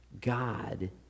God